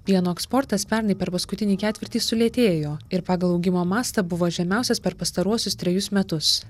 pieno eksportas pernai per paskutinį ketvirtį sulėtėjo ir pagal augimo mastą buvo žemiausias per pastaruosius trejus metus